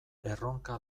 erronka